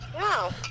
wow